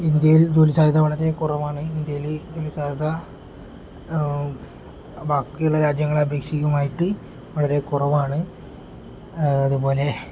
ഇന്ത്യയിൽ ജോലിസാധ്യത വളരെ കുറവാണ് ഇന്ത്യയിൽ ജോലി സാധ്യത ബാക്കിയുള്ള രാജ്യങ്ങളെ അപേക്ഷിച്ചിട്ട് വളരെ കുറവാണ് അതുപോലെ